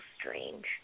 strange